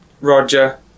Roger